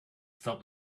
felt